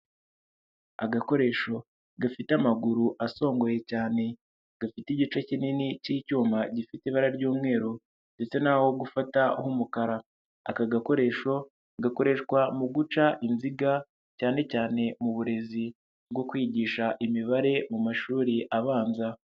Agakoresho gafite amaguru asongoye cyane, gafite igice kinini cy'icyuma gifite ibara ry'umweru, ndetse n'aho gufata nk'umukara, aka gakoresho gakoreshwa mu guca inziga cyanecyane mu burezi bwo kwigisha imibare mu mashuri abanza.